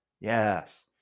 Yes